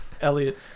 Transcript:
Elliot